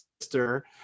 sister